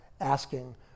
asking